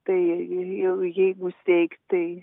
tai jau jeigu steigt tai